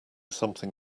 something